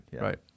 Right